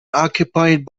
occupied